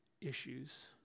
issues